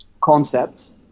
concepts